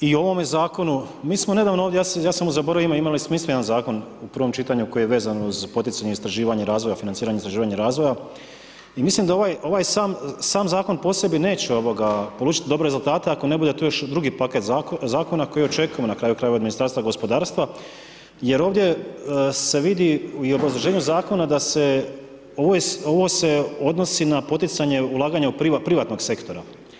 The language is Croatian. I ovome zakonu mi smo nedavno, ja sam zaboravio mu ime, imali smo jedan zakon u prvome čitanju koji je vezan uz poticanje istraživanja razvoja financiranja istraživanja razvoja i mislim da ovaj sam zakon po sebi neće polučiti dobre rezultate ako ne budete tu još drugi paket zakona koji očekivamo na kraju krajeva od Ministarstva gospodarstva jer ovdje se vidi i u obrazloženju zakona da se ovo odnosi na poticanje ulaganja privatnog sektora.